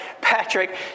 Patrick